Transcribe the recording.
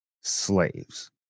slaves